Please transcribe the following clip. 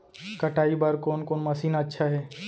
कटाई बर कोन कोन मशीन अच्छा हे?